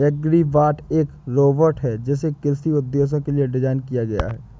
agribot एक robot है जिसे कृषि उद्देश्यों के लिए डिज़ाइन किया गया है